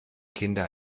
kinder